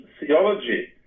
theology